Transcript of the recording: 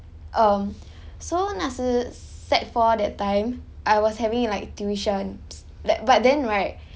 um so 那时 sec four that time I was having like tuitions that but then right